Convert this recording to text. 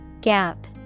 Gap